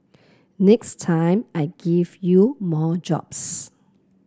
next time I give you more jobs